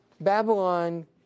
Babylon